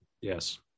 Yes